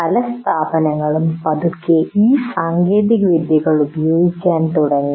പല സ്ഥാപനങ്ങളും പതുക്കെ ഈ സാങ്കേതികവിദ്യകൾ ഉപയോഗിക്കാൻ തുടങ്ങി